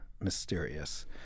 mysterious